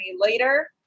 later